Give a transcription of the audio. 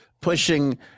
pushing –